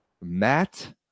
Matt